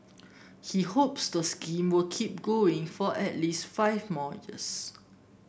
he hopes the scheme will keep going for at least five more years